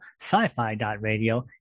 sci-fi.radio